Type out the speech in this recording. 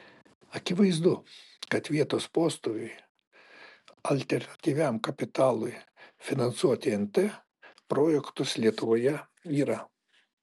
akivaizdu kad vietos postūmiui alternatyviam kapitalui finansuoti nt projektus lietuvoje yra